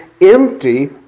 empty